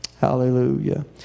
Hallelujah